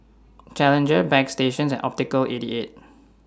Challenger Bagstationz and Optical eighty eight